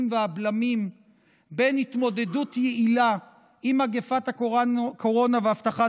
והבלמים בין התמודדות יעילה עם מגפת הקורונה והבטחת